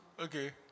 Okay